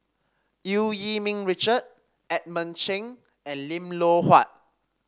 Eu Yee Ming Richard Edmund Cheng and Lim Loh Huat